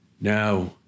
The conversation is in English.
Now